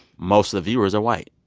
most of the viewers are white.